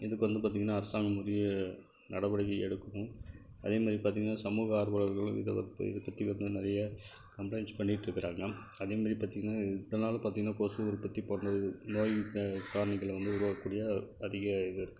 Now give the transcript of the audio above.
இதுக்கு வந்து பார்த்தீங்கன்னா அரசாங்கம் உரிய நடவடிக்கை எடுக்கணும் அதே மாதிரி பார்த்தீங்கன்னா சமூக ஆர்வலர்கள் இதை பற்றி வந்து நிறைய கம்பளைண்ட்ஸ் பண்ணிட்டுருக்கிறாங்க அதே மாதிரி பார்த்தீங்கன்னா இதனால் பார்த்தீங்கன்னா கொசு உற்பத்தி போன்ற நோய் காரணிகள் வந்து உருவாக்கக்கூடிய அதிக இது இருக்குது